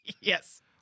Yes